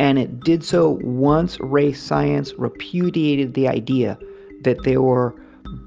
and it did so once race science repudiated the idea that there were